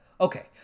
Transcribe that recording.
Okay